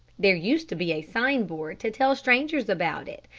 there used to be a sign board to tell strangers about it,